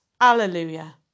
Alleluia